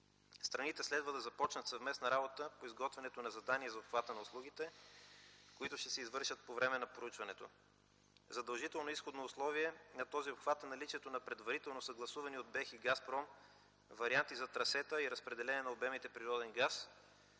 Страните следва да започнат съвместна работа по изготвяне на задание за обхвата на услугите, които ще се извършат по време на проучването. Задължително изходно условие на този обхват е наличието на предварително съгласуване от Българския енергиен холдинг и „Газпром” на варианти за трасета и разпределение на обемите природен газ,